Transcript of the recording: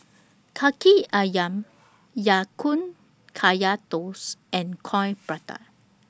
Kaki Ayam Ya Kun Kaya Toast and Coin Prata